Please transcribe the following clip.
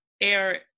air